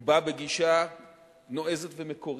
הוא בא בגישה נועזת ומקורית,